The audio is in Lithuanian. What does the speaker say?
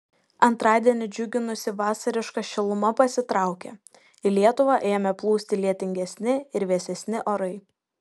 antradienį džiuginusi vasariška šiluma pasitraukė į lietuvą ėmė plūsti lietingesni ir vėsesni orai